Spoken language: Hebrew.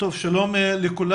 שלום לכולם.